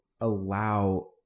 allow